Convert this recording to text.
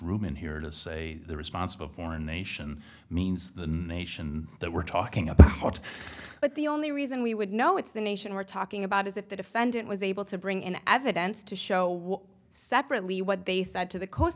room in here to say the response of a foreign nation means the nation that we're talking about heart but the only reason we would know it's the nation we're talking about is if the defendant was able to bring in evidence to show separately what they said to the coast